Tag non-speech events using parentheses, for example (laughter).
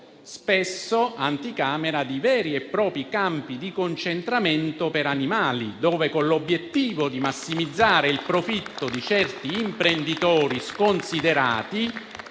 spesso anticamera di veri e propri campi di concentramento per animali, (applause) dove, con l'obiettivo di massimizzare il profitto di certi imprenditori sconsiderati,